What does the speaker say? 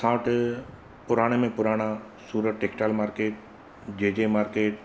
असां वटि पुराणे में पुराणा सूरत टेक्स्टाइल मार्किट जे जे मार्किट